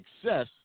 success